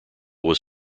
was